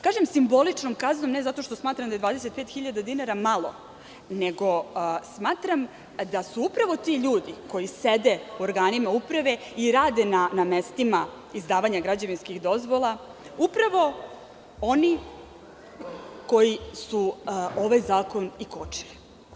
Kažem simboličnom kaznom ne zato što smatram da je 25.000 dinara malo, nego smatram da su upravo ti ljudi koji sede u organima uprave i rade na mestima izdavanja građevinskih dozvola, upravo oni koji su ovaj zakon i kočili.